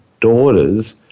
daughters